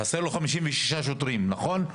חסר לו 56 שוטרים, נכון?